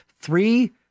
three